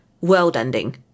world-ending